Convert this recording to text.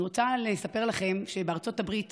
אני רוצה לספר לכם שבארצות הברית